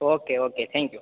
okay okay thank you